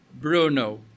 Bruno